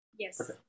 Yes